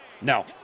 No